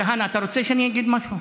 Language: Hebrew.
כהנא, אתה רוצה שאני אגיד משהו?